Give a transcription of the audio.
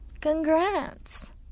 Congrats